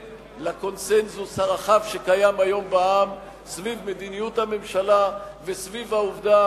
לקונסנזוס הרחב שקיים היום בעם סביב מדיניות הממשלה וסביב העובדה